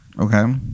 Okay